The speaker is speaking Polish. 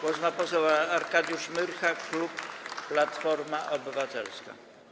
Głos ma poseł Arkadiusz Myrcha, klub Platforma Obywatelska.